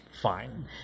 fine